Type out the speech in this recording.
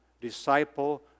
disciple